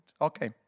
Okay